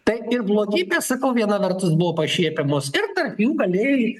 tai ir blogybės sakau viena vertus buvo pašiepiamos ir tarp jų galėjai